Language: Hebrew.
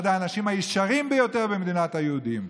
אחד האנשים הישרים ביותר במדינת היהודים,